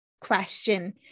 question